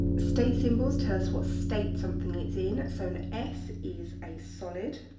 state symbols tell us what state something is in. so an s is a solid,